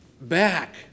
back